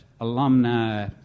alumni